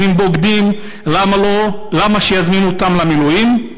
אם הם בוגדים, למה מזמינים אותם למילואים?